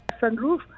sunroof